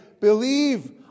believe